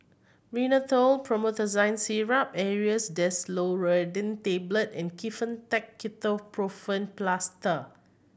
Rhinathiol Promethazine Syrup Aerius DesloratadineTablet and Kefentech Ketoprofen Plaster